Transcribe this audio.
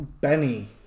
Benny